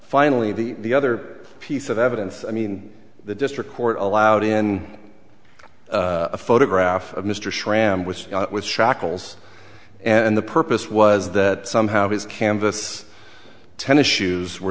finally the the other piece of evidence i mean the district court allowed in a photograph of mr schram was with shackles and the purpose was that somehow his canvas tennis shoes were